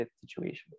situation